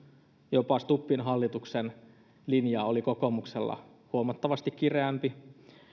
ja jopa stubbin hallituksessa linja oli kokoomuksella huomattavasti kireämpi